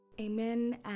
Amen